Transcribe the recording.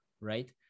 right